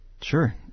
Sure